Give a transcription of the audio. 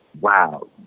wow